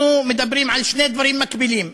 אנחנו מדברים על שני דברים מקבילים: